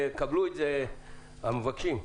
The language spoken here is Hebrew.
המבקשים,